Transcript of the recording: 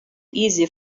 easier